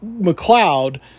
McLeod